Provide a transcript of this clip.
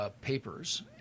Papers